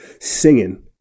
singing